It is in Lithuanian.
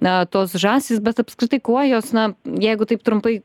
na tos žąsys bet apskritai kuo jos na jeigu taip trumpai